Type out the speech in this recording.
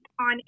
on